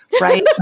right